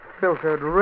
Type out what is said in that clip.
filtered